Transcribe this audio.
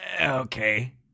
Okay